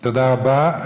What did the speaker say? תודה רבה.